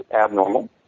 abnormal